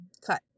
cut